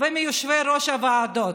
ומיושבי-ראש הוועדות,